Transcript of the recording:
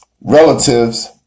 relatives